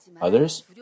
Others